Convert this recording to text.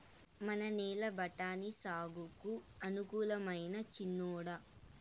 మన నేల బఠాని సాగుకు అనుకూలమైనా చిన్నోడా